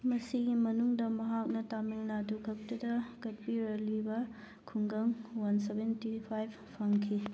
ꯃꯁꯤꯒꯤ ꯃꯅꯨꯡꯗ ꯃꯍꯥꯛꯅ ꯇꯥꯃꯤꯜ ꯅꯥꯗꯨ ꯈꯛꯇꯗ ꯀꯠꯄꯤꯔꯂꯤꯕ ꯈꯨꯡꯒꯪ ꯋꯥꯟ ꯁꯚꯦꯟꯇꯤ ꯐꯥꯏꯚ ꯐꯪꯈꯤ